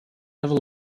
evil